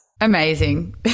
Amazing